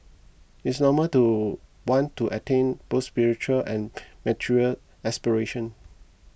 it is normal to want to attain both spiritual and material aspiration